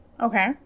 Okay